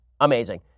amazing